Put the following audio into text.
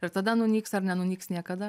ir tada nunyks ar nenunyks niekada